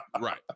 Right